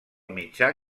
mitjà